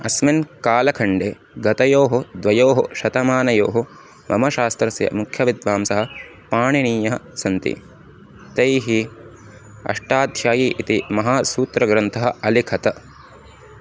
अस्मिन् कालखण्डे गतयोः द्वयोः शतमानयोः मम शास्त्रस्य मुख्यविद्वांसः पाणिनीयः सन्ति तैः अष्टाध्यायी इति महासूत्रग्रन्थम् अलिखत